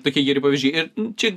tokie geri pavyzdžiai ir čia